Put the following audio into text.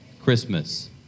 Christmas